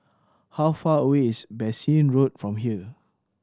how far away is Bassein Road from here